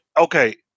Okay